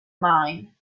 mine